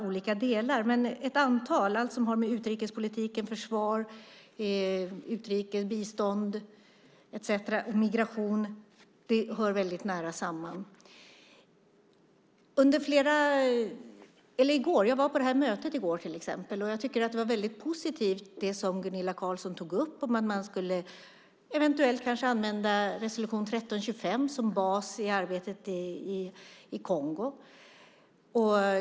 Men man kan göra det i ett antal delar; allt som har med utrikespolitik, försvar, bistånd, migration etcetera att göra hör nära samman med detta. Jag var till exempel på mötet i går, och jag tycker att det som Gunilla Carlsson tog upp var positivt. Det handlade om att man eventuellt skulle använda resolution 1325 som bas i arbetet i Kongo.